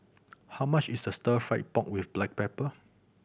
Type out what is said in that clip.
how much is the Stir Fry pork with black pepper